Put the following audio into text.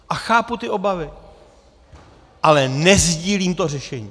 A chápu obavy, ale nesdílím to řešení.